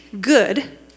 good